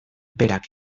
berak